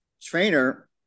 trainer